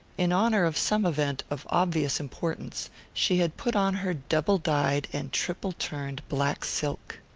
in honour of some event of obvious importance, she had put on her double-dyed and triple-turned black silk.